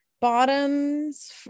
bottoms